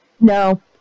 no